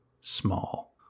Small